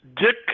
Dick